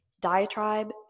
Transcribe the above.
diatribe